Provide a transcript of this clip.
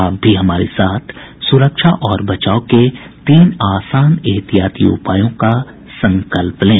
आप भी हमारे साथ सुरक्षा और बचाव के तीन आसान एहतियाती उपायों का संकल्प लें